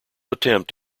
attempt